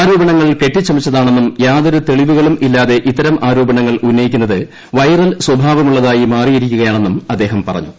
ആരോപ്ണ്ട്ങൾ കെട്ടിച്ചമച്ചതാണെന്നും യാതൊരു തെളിവുകളുമില്ലാ്ട്ടത ഇത്തരം ആരോപണങ്ങൾ ഉന്നയിക്കുന്നത് സ്വഭാവമുള്ളതായി മാറിയിരിക്കുകയാണെ്സ്കും അദ്ദേഹം പറഞ്ഞു